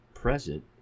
Present